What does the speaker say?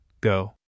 go